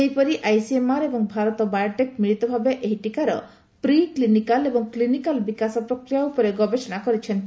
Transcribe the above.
ସେହିପରି ଆଇସିଏମ୍ଆର୍ ଏବଂ ଭାରତ ବାୟୋଟେକ୍ ମିଳିତ ଭାବେ ଏହି ଟୀକାର ପ୍ରି କ୍ଲିନିକାଲ ଏବଂ କ୍ଲିନିକାଲ ବିକାଶ ପ୍ରକ୍ରିୟା ଉପରେ ଗବେଷଣା କରିଛନ୍ତି